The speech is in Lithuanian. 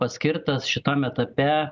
paskirtas šitam etape